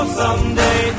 someday